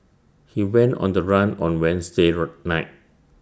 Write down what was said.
he went on the run on Wednesday night